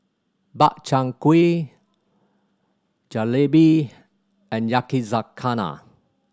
Makchang Gui Jalebi and Yakizakana